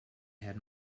had